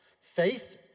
Faith